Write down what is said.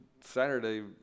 Saturday